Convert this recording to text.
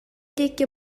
диэки